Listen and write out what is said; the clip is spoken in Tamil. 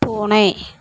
பூனை